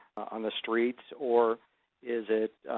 on the streets or is it,